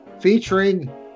featuring